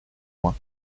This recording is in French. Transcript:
point